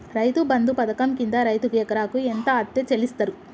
రైతు బంధు పథకం కింద రైతుకు ఎకరాకు ఎంత అత్తే చెల్లిస్తరు?